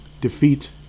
defeat